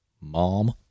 mom